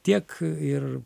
tiek ir